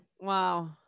Wow